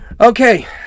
okay